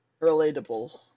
Relatable